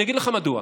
אני אגיד לך מדוע,